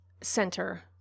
center